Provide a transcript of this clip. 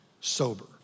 sober